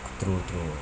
true true